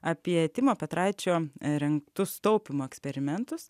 apie timo petraičio rengtus taupymo eksperimentus